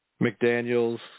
McDaniels